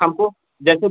हमको जैसे